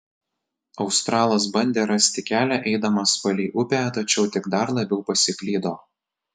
australas bandė rasti kelią eidamas palei upę tačiau tik dar labiau pasiklydo